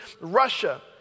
Russia